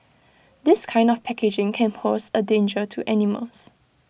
this kind of packaging can pose A danger to animals